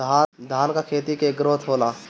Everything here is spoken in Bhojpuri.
धान का खेती के ग्रोथ होला?